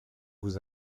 vous